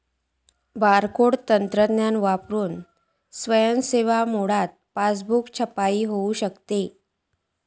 barcode तंत्रज्ञान वापरून स्वयं सेवा मोडात पासबुक छपाई होऊ शकता